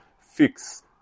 fix